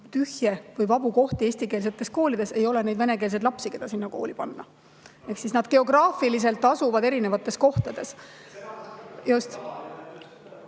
tühje või vabu kohti eestikeelsetes koolides, ei ole venekeelseid lapsi, keda sinna kooli panna. Ehk siis nad geograafiliselt asuvad erinevates kohtades.